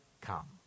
come